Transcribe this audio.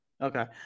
Okay